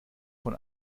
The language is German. von